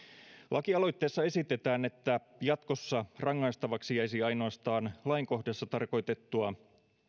lakialoitteessa esitetään että jatkossa rangaistavaksi jäisi ainoastaan lainkohdassa tarkoitettua